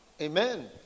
Amen